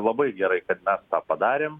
labai gerai kad mes tą padarėm